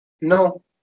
No